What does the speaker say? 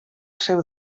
seu